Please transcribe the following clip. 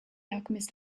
alchemist